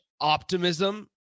optimism